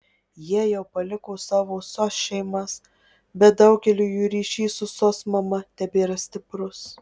jie jau paliko savo sos šeimas bet daugeliui jų ryšys su sos mama tebėra stiprus